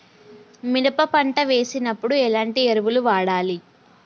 మినప పంట వేసినప్పుడు ఎలాంటి ఎరువులు వాడాలి?